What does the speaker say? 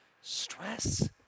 stress